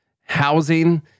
housing